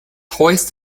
hoist